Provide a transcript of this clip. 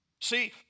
See